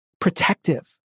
Protective